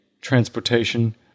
transportation